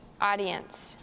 audience